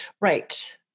Right